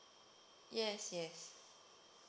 yes yes